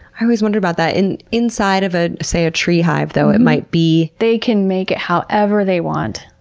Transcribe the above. i always wondered about that. and, inside of ah say a tree hive though, it might be. they can make it however they want.